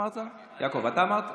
יעקב, אתה אמרת?